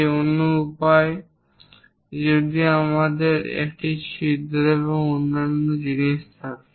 এই অন্য উপায় যদি আমাদের একটি ছিদ্র এবং অন্যান্য জিনিস থাকে